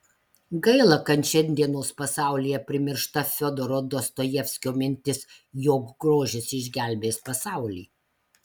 gaila kad šiandienos pasaulyje primiršta fiodoro dostojevskio mintis jog grožis išgelbės pasaulį